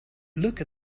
look